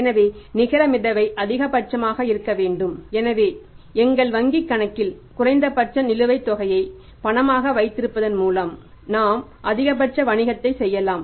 எனவே நிகரமிதவை அதிகபட்சமாக இருக்க வேண்டும் நாம் அந்த மிதவை அதிகரிக்க முயற்சிக்க வேண்டும் எனவே எங்கள் வங்கிக் கணக்கில் குறைந்தபட்ச நிலுவைத் தொகையை பணமாக வைத்திருப்பதன் மூலம் நாம் அதிகபட்ச வணிகத்தைச் செய்யலாம்